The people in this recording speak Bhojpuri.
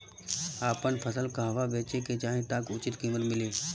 आपन फसल कहवा बेंचे के चाहीं ताकि उचित कीमत मिली?